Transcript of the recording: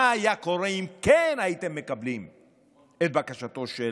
מה היה קורה אם כן הייתם מקבלים את בקשתו של